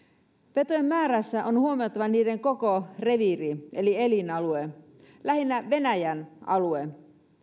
petojen määrässä on huomattava niiden koko reviiri eli elinalue lähinnä venäjän alue